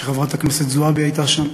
חברת הכנסת זועבי הייתה שם,